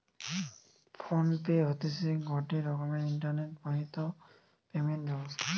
phone pay হতিছে গটে রকমের ইন্টারনেট বাহিত পেমেন্ট ব্যবস্থা